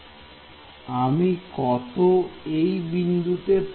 এবং U′ এর আমি কত ওই বিন্দুতে